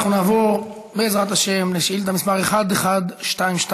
אנחנו נעבור, בעזרת השם, לשאילתה מס' 1122,